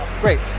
great